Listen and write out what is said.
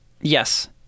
Yes